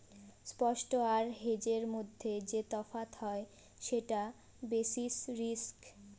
spot আর হেজের মধ্যে যে তফাৎ হয় সেটা বেসিস রিস্ক